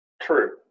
true